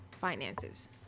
Finances